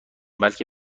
بلکه